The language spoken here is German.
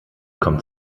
kommt